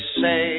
say